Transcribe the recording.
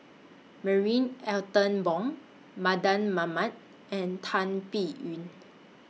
Marie Ethel Bong Mardan Mamat and Tan Biyun